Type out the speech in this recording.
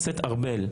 שוויון?